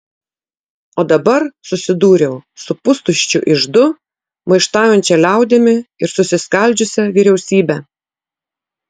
o dabar susidūriau su pustuščiu iždu maištaujančia liaudimi ir susiskaldžiusia vyriausybe